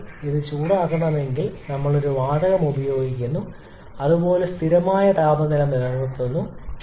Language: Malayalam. അതിനാൽ ഇത് ചൂടാക്കണമെങ്കിൽ ഞങ്ങൾ ഒരു വാതകം ഉപയോഗിക്കുന്നു ഇതുപോലുള്ള സ്ഥിരമായ താപനില നിലനിർത്തുന്നു